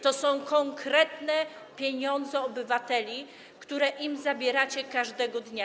To są konkretne pieniądze obywateli, które im zabieracie każdego dnia.